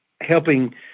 helping